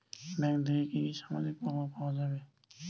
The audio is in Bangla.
ব্যাঙ্ক থেকে কি কি সামাজিক প্রকল্প পাওয়া যাবে?